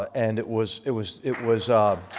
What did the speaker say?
ah and it was it was it was um